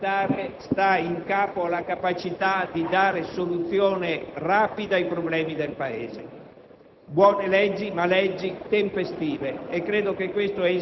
Questo decreto si è però reso necessario perché il provvedimento presentato dal Governo il 28 giugno del 2006